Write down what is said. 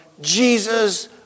Jesus